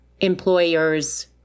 employers